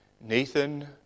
Nathan